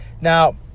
Now